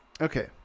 okay